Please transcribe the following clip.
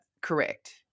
correct